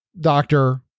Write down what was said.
doctor